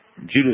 Judas